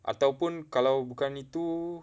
ataupun kalau bukan itu